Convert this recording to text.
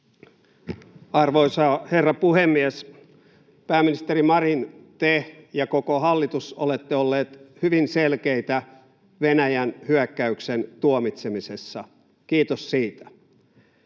Arvoisa herra puhemies! Pääministeri Marin, te ja koko hallitus olette olleet hyvin selkeitä Venäjän hyökkäyksen tuomitsemisessa — kiitos siitä.